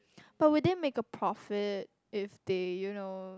but will they make a profit if they you know